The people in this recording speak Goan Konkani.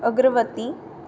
अग्रवती